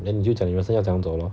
then 你就讲你人生要怎样走 lor